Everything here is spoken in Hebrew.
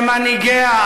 שמנהיגיה,